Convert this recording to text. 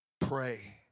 pray